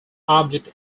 object